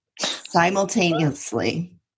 simultaneously